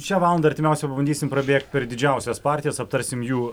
šią valandą artimiausią pabandysim prabėgti per didžiausias partijas aptarsim jų